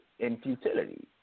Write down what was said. infutility